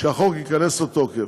שהחוק ייכנס לתוקף.